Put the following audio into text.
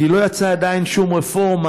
כי לא יצאה עדיין שום רפורמה,